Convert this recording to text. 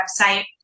website